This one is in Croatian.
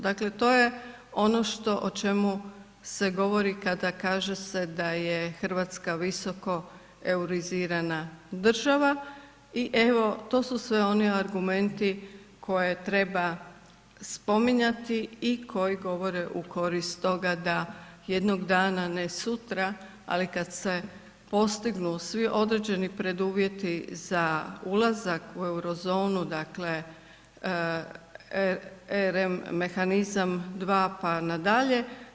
Dakle to je ono što o čemu se govori kada kaže se da je Hrvatska visoko eurizirana država i evo to su sve oni argumenti koje treba spominjati i koji govore u korist toga da jednog dana, ne sutra ali kad se postignu svi određeni preduvjeti za ulazak u euro zonu, dakle RM mehanizam 2 pa na dalje.